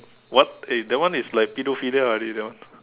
what eh that one is like pedophilia already that one